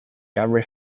gary